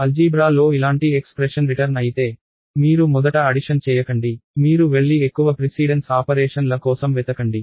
algebra లో ఇలాంటి expression return అయితే మీరు మొదట అడిషన్ చేయకండి మీరు వెళ్లి ఎక్కువ ప్రిసీడెన్స్ ఆపరేషన్ల కోసం వెతకండి